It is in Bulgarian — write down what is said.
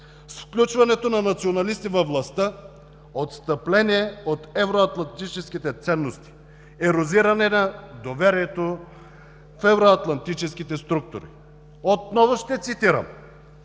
С включването на националисти във властта – отстъпление от евроатлантическите ценности, ерозиране на доверието в евроатлантическите структури. Отново ще цитирам: